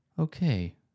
okay